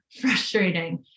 frustrating